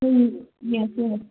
ꯎꯝ ꯌꯦꯡꯉꯁꯦ ꯌꯦꯡꯉꯁꯦ